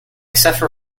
suffer